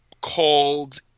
called